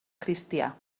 cristià